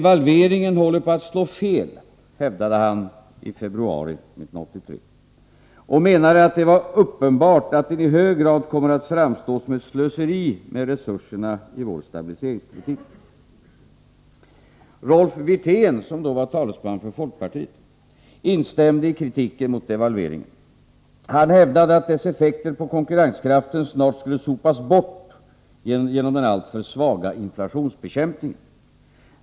Han hävdade i februari 1983 att ”devalveringen håller på att slå fel” och menade att det var ”uppenbart att den i hög grad kommer att framstå som ett slöseri med resurserna i vår stabiliseringspolitik”. Rolf Wirtén, som då var talesman för folkpartiet, instämde i kritiken mot devalveringen. Han hävdade att dess effekter på konkurrenskraften snart skulle sopas bort genom den alltför svaga inflationsbekämpningen.